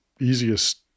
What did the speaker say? easiest